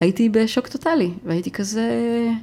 הייתי בשוק טוטאלי והייתי כזה.